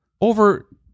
over